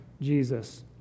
Jesus